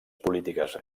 polítiques